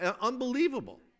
unbelievable